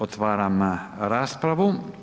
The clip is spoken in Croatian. Otvaram raspravu.